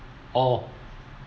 oh